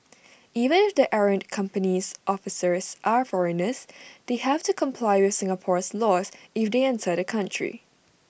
even if the errant company's officers are foreigners they have to comply with Singapore's laws if they enter the country